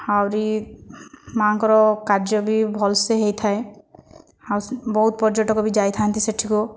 ଆହୁରି ମାଆଙ୍କର କାର୍ଯ୍ୟ ବି ଭଲସେ ହୋଇଥାଏ ଆଉ ବହୁତ ପର୍ଯ୍ୟଟକ ବି ଯାଇଥାନ୍ତି ସେଠିକୁ